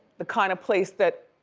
the kind of place that